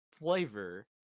flavor